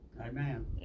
Amen